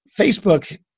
Facebook